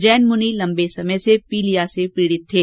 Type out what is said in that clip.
जैन मुनि लम्बे समय से पीलिया से पीड़ित थे